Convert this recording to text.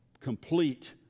complete